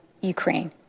Ukraine